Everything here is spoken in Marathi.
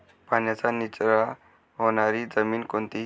पाण्याचा निचरा होणारी जमीन कोणती?